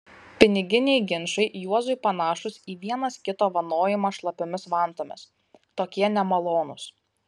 piniginiai ginčai juozui panašūs į vienas kito vanojimą šlapiomis vantomis tokie nemalonūs